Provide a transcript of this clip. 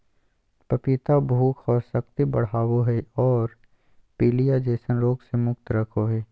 पपीता भूख और शक्ति बढ़ाबो हइ और पीलिया जैसन रोग से मुक्त रखो हइ